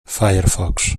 firefox